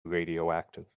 radioactive